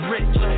Rich